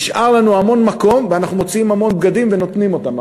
נשאר לנו המון מקום ואנחנו מוציאים המון בגדים ונותנים אותם,